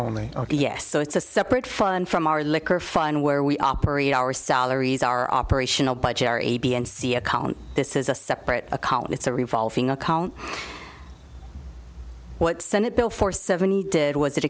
only yes so it's a separate fund from our liquor fund where we operate our salaries our operational budgetary b and c account this is a separate a column it's a revolving account what senate bill for seventy did was it